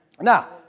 Now